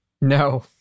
No